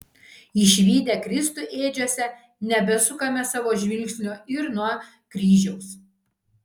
išvydę kristų ėdžiose nebesukame savo žvilgsnio ir nuo kryžiaus